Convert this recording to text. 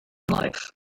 life